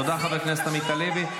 תודה, חבר הכנסת עמית הלוי.